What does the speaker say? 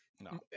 No